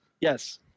Yes